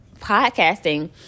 podcasting